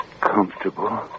comfortable